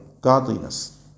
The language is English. godliness